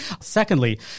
Secondly